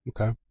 Okay